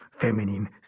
feminine